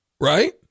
right